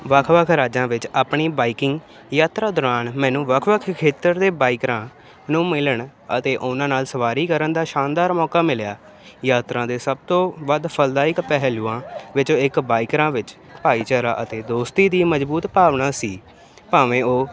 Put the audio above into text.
ਵੱਖ ਵੱਖ ਰਾਜਾਂ ਵਿੱਚ ਆਪਣੀ ਬਾਈਕਿੰਗ ਯਾਤਰਾ ਦੌਰਾਨ ਮੈਨੂੰ ਵੱਖ ਵੱਖ ਖੇਤਰ ਦੇ ਬਾਈਕਰਾਂ ਨੂੰ ਮਿਲਣ ਅਤੇ ਉਹਨਾਂ ਨਾਲ ਸਵਾਰੀ ਕਰਨ ਦਾ ਸ਼ਾਨਦਾਰ ਮੌਕਾ ਮਿਲਿਆ ਯਾਤਰਾ ਦੇ ਸਭ ਤੋਂ ਵੱਧ ਫਲਦਾਇਕ ਪਹਿਲੂਆਂ ਵਿੱਚੋਂ ਇੱਕ ਬਾਈਕਰਾਂ ਵਿੱਚ ਭਾਈਚਾਰਾ ਅਤੇ ਦੋਸਤੀ ਦੀ ਮਜ਼ਬੂਤ ਭਾਵਨਾ ਸੀ ਭਾਵੇਂ ਉਹ